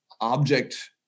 object